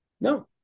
No